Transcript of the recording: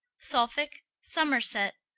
suffolke, somerset,